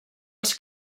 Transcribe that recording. els